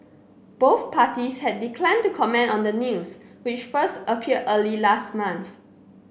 both parties had declined to comment on the news which first appeared early last month